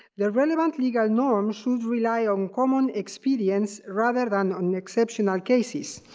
the relevant legal norms should rely on common experience rather than on exceptional cases.